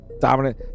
dominant